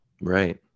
Right